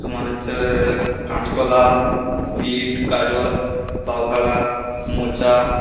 তোমার হচ্ছে কাঁচকলা বীট গাজর লাউখাড়া মোচা